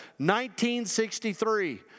1963